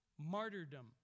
martyrdom